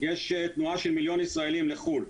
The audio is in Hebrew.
יש תנועה של מיליון ישראלים לחו"ל,